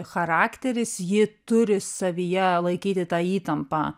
charakteris ji turi savyje laikyti tą įtampą